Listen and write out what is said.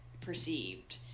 perceived